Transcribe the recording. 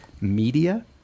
media